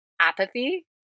apathy